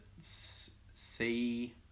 see